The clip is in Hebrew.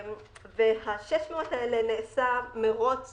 נעשה מרוץ